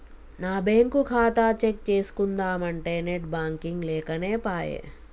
నా బ్యేంకు ఖాతా చెక్ చేస్కుందామంటే నెట్ బాంకింగ్ లేకనేపాయె